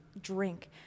drink